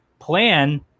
plan